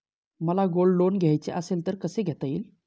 मला gold loan घ्यायचे असेल तर कसे घेता येईल?